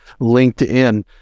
LinkedIn